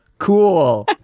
cool